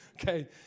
Okay